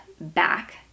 back